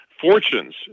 fortunes